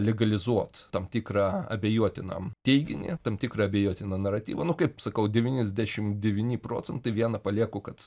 legalizuot tam tikrą abejotinam teiginį tam tikrą abejotiną naratyvą nu kaip sakau devyniasdešimt devyni procentai vieną palieku kad